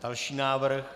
Další návrh.